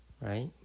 right